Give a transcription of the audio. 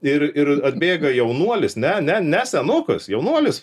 ir ir atbėga jaunuolis ne ne ne senukas jaunuolis